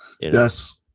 yes